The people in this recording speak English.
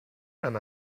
and